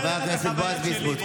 חבר הכנסת בועז ביסמוט,